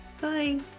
Bye